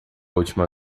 última